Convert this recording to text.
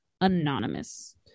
anonymous